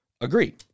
agree